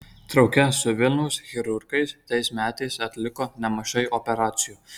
drauge su vilniaus chirurgais tais metais atliko nemažai operacijų